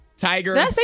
tiger